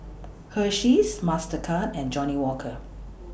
Hersheys Mastercard and Johnnie Walker